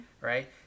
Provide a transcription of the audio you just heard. Right